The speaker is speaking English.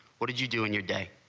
what do do you do in your day?